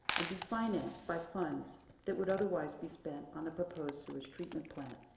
and be financed by funds that would otherwise be spent on the proposed sewage treatment plant.